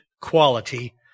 Quality